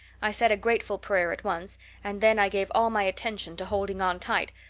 i said a grateful prayer at once and then i gave all my attention to holding on tight,